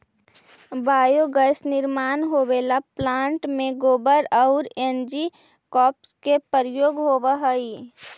biogas निर्माण होवेला plant में गोबर औउर एनर्जी क्रॉप्स के प्रयोग होवऽ हई